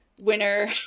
winner